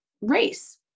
race